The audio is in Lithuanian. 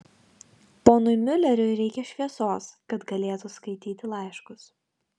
ponui miuleriui reikia šviesos kad galėtų skaityti laiškus